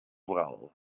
well